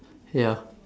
ya